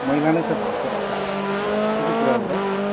मैला नै छ भन्द्छु म चाहिँ सबै कुराबाट